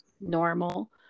normal